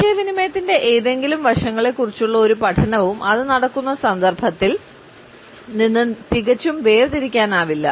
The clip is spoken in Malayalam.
ആശയവിനിമയത്തിന്റെ ഏതെങ്കിലും വശങ്ങളെക്കുറിച്ചുള്ള ഒരു പഠനവും അത് നടക്കുന്ന സന്ദർഭത്തിൽ നിന്ന് തികച്ചും വേർതിരിക്കാനാവില്ല